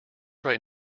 right